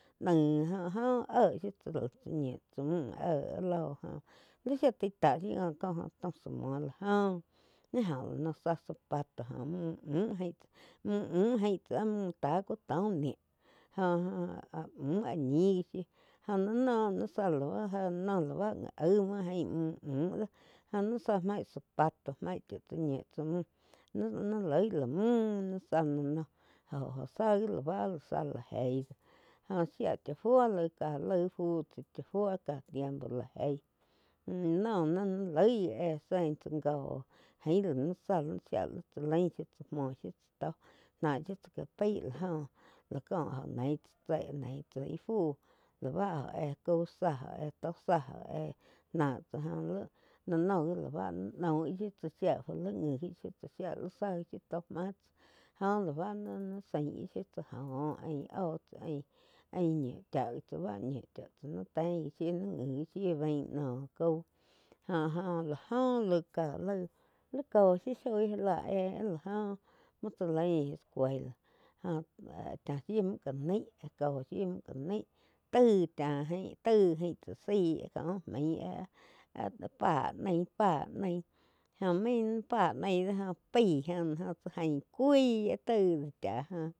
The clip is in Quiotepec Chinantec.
Nain jóh áh joh éh shiu tsá lá tsá ñiu lá tsa múh éh áh lóh joh li shia tai tá shiu co taum zá muo lá joh ni oh no zá zapato joh múh ain múm muh jain tsá áh mun tá ku tó nih jo-jo áh mun áh ñih shiu oh la noh ni zá la jé noh zá já aig muo áh jain mún múh do jóh nain zá maig zapato maig cha tsá ñiu tsá muh nih loig lá muh nain zá la noh joh-joh zá gi la bá áh záh lá jeíh óh shia cha fuo laíg ká laí fu tsá chá fuo ká tiempo la jeí la noh ná ni loi éh zein tsá joh ain la ni zá shia cha lain shiu tsá muoh shiu tsá to na shiu tsá cá ái la joh la co nei tsá cha nei tsá ih fu lá bá óh éh cau zá óh éh tó zá oh éh nah tzá lá no gi la bá naih noh shiu tsáh shía fu li ngi gi shiu tsá záh gi tó máh tsáh joh gi bá zain shiú tsá joh ain óh tsá ain. Ain ñiu chá tsáh bá ñiu chá tsá nain teig gi shiu nain ngi gi bain noh cau jo-jo lá jóh laíh cá laig lí cóh shiu shoi já láh éh áh la joh muo tsá lain escuela joh cha shiu múh cá nai kóh shiu muh ca nái taig cha jain taig ain tsá sai có maih áh-áh páh naí páh oh main naí pah nai do oh pai jó tsá jain cuí áh taig do chá joh.